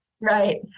Right